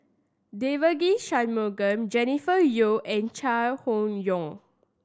Devagi Sanmugam Jennifer Yeo and Chai Hon Yoong